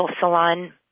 salon